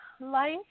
life